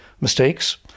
mistakes